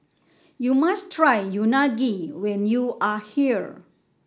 you must try Unagi when you are here